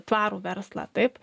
tvarų verslą taip